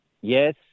yes